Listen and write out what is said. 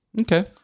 Okay